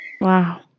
Wow